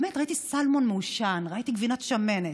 באמת, ראיתי סלמון מעושן, ראיתי גבינת שמנת.